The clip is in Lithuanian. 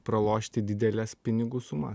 pralošti dideles pinigų sumas